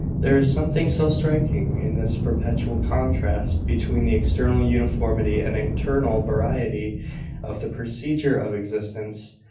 there is something so striking in this perpetual contrast between the external uniformity and internal variety of the procedure of existence,